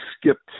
skipped